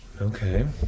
Okay